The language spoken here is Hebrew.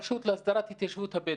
רבותיי,